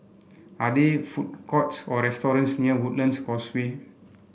are there food courts or restaurants near Woodlands Causeway